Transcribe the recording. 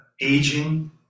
aging